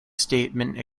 statement